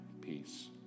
peace